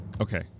Okay